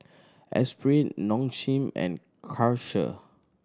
Espirit Nong Shim and Karcher